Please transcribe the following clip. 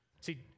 See